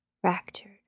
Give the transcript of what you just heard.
fractured